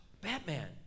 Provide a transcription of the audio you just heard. Batman